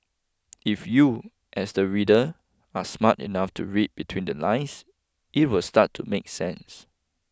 if you as the reader are smart enough to read between The Lines it would start to make sense